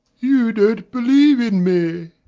you don't believe in me,